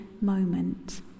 moment